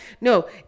no